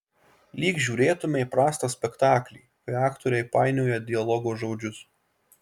lyg žiūrėtumei prastą spektaklį kai aktoriai painioja dialogo žodžius